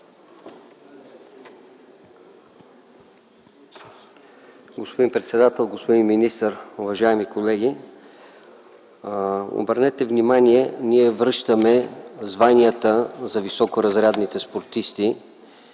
Господин председател, господин министър, уважаеми колеги! Обърнете внимание: ние връщаме званията за високоразредните спортисти,